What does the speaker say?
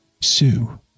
Sue